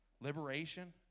Liberation